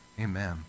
amen